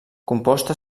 composta